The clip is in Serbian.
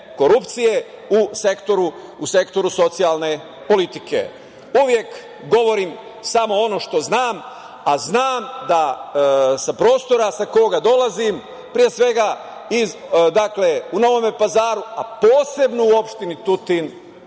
korupcije u sektoru politike. Uvek govorim samo ono što znam, a znam da sa prostora sa koga dolazim, u Novom Pazaru, a posebno u opštini Tutin,